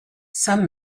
some